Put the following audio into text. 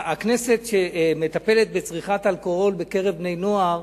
הכנסת, שמטפלת בצריכת אלכוהול בקרב בני נוער,